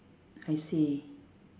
I see